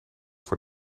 voor